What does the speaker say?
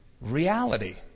reality